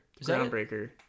Groundbreaker